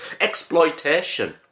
exploitation